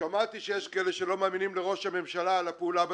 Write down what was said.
שמעתי שיש כאלה שלא מאמינים לראש הממשלה על הפעולה בצפון.